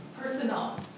personal